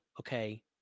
okay